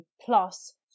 plus